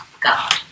God